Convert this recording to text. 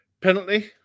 penalty